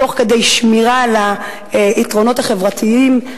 תוך שמירה על היתרונות החברתיים,